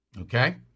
Okay